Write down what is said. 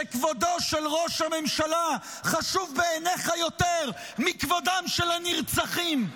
שכבודו של ראש הממשלה חשוב בעיניך יותר מכבודם של הנרצחים.